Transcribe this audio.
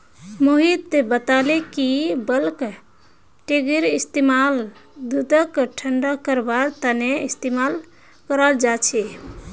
मोहित बताले कि बल्क टैंककेर इस्तेमाल दूधक ठंडा करवार तने इस्तेमाल कराल जा छे